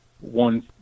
one